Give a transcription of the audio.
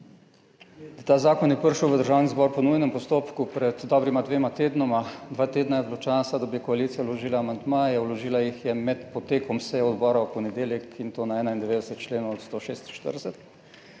Ta zakon je prišel v Državni zbor po nujnem postopku pred dobrima dvema tednoma. Dva tedna je bilo časa, da bi koalicija vložila amandmaje. Vložila jih je med potekom seje odbora v ponedeljek, in to na 91 členov od 146.